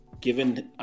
given